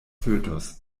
fötus